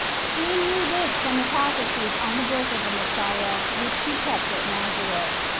she knew this from the prophecies on the birth of the messiah, which she kept at nazareth.